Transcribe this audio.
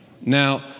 Now